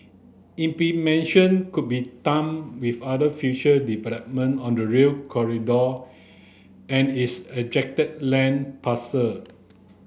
implementation could be timed with other future development on the Rail Corridor and its land parcel